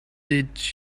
did